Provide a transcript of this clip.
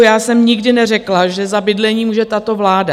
Já jsem nikdy neřekla, že za bydlení může tato vláda.